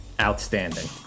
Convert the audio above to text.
outstanding